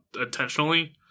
intentionally